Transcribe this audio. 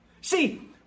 See